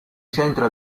centro